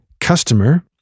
customer